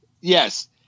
Yes